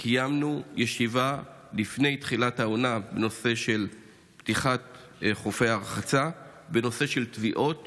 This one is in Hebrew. קיימנו ישיבה לפני תחילת העונה בנושא פתיחת חופי הרחצה ובנושא של טביעות